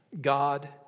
God